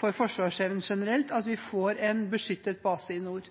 for forsvarsevnen generelt at vi får en beskyttet base i nord.